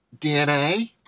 DNA